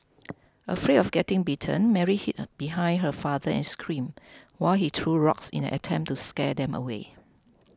afraid of getting bitten Mary hid behind her father and screamed while he threw rocks in an attempt to scare them away